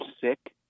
sick